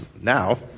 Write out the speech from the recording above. Now